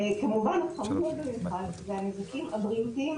וכמובן הנזקים הבריאותיים.